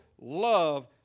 love